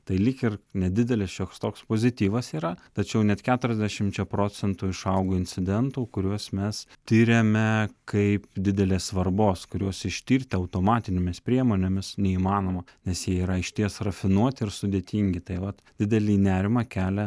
tai lyg ir nedidelis šioks toks pozityvas yra tačiau net keturiasdešimčia procentų išaugo incidentų kuriuos mes tiriame kaip didelės svarbos kuriuos ištirti automatinėmis priemonėmis neįmanoma nes jie yra išties rafinuoti ir sudėtingi tai vat didelį nerimą kelia